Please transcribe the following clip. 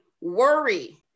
worry